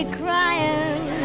crying